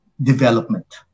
development